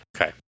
Okay